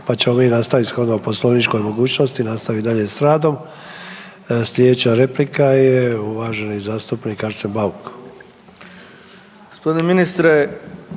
pa ćemo mi nastaviti shodno poslovničkoj mogućnosti nastaviti dalje s radom. Sljedeća replika je uvaženi zastupnik Arsen Bauk.